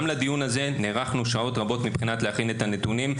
גם לדיון הזה נערכנו שעות רבות מבחינת הכנת הנתונים,